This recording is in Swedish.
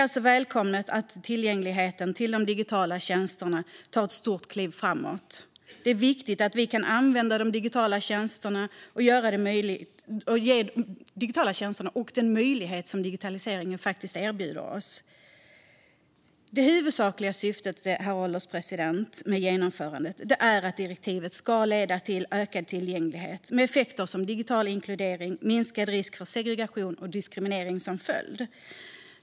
Det är välkommet att tillgänglighet till digitala tjänster tar ett stort kliv framåt. Det är viktigt att vi alla kan använda digitala tjänster och de möjligheter digitaliseringen erbjuder. Herr ålderspresident! Det huvudsakliga syftet med genomförandet av direktivet är att det ska leda till ökad tillgänglighet med effekter som digital inkludering och minskad risk för segregation och diskriminering till följd.